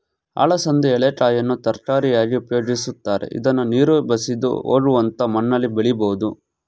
ಅಲಸಂದೆ ಎಳೆಕಾಯನ್ನು ತರಕಾರಿಯಾಗಿ ಉಪಯೋಗಿಸ್ತರೆ, ಇದ್ನ ನೀರು ಬಸಿದು ಹೋಗುವಂತ ಮಣ್ಣಲ್ಲಿ ಬೆಳಿಬೋದು